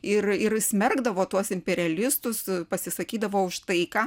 ir ir smerkdavo tuos imperialistus pasisakydavo už taiką